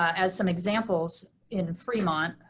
as some examples in fremont,